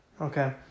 Okay